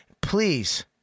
Please